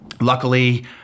Luckily